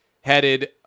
headed